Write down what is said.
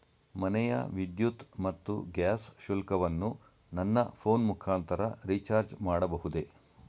ಮನೆಯ ವಿದ್ಯುತ್ ಮತ್ತು ಗ್ಯಾಸ್ ಶುಲ್ಕವನ್ನು ನನ್ನ ಫೋನ್ ಮುಖಾಂತರ ರಿಚಾರ್ಜ್ ಮಾಡಬಹುದೇ?